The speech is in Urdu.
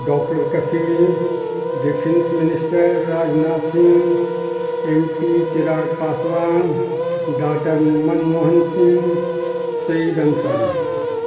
doctor Kafeel defence minister Rajnath Singh M P Chirag Paswan doctor Man Mohan Singh Saeed Ansari